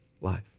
life